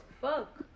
Fuck